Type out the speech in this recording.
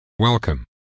Welcome